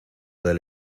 del